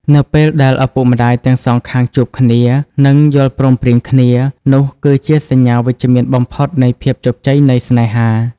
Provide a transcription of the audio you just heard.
នៅពេលដែលឪពុកម្ដាយទាំងសងខាងជួបគ្នា និងយល់ព្រមព្រៀងគ្នា នោះគឺជាសញ្ញាវិជ្ជមានបំផុតនៃភាពជោគជ័យនៃស្នេហា។